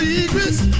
Secrets